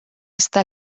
está